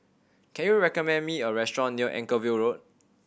can you recommend me a restaurant near Anchorvale Road